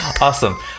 Awesome